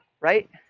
right